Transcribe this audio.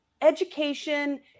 Education